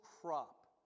crop